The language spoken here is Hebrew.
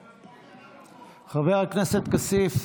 חבר הכנסת כסיף,